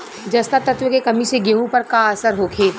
जस्ता तत्व के कमी से गेंहू पर का असर होखे?